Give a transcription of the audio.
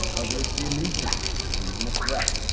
others see a nuisance or even a threat.